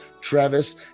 travis